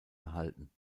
erhalten